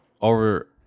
Over